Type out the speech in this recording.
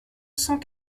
cent